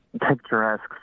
picturesque